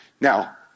Now